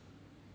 no